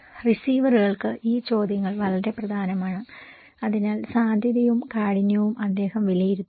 റിസീവറുകൾക്ക് ഈ ചോദ്യങ്ങൾ വളരെ പ്രധാനമാണ് അതിനാൽ സാധ്യതയും കാഠിന്യവും അദ്ദേഹം വിലയിരുത്തും